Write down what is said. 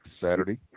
Saturday